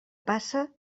passa